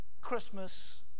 Christmas